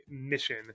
mission